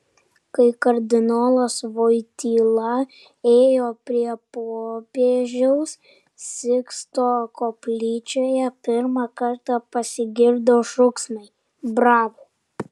kai kardinolas voityla ėjo prie popiežiaus siksto koplyčioje pirmą kartą pasigirdo šūksmai bravo